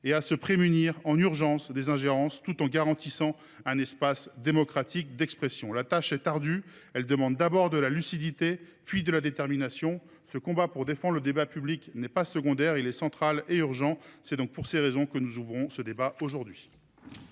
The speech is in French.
nous prémunir en urgence des ingérences, tout en garantissant un espace démocratique d’expression. La tâche est ardue : elle appelle à faire d’abord preuve de lucidité, puis de détermination. Ce combat pour défendre le débat public n’est pas secondaire. Il est central et urgent : c’est la raison pour laquelle nous ouvrons le débat aujourd’hui.